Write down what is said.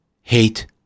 Hate